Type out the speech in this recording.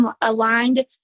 aligned